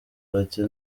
bati